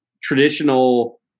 traditional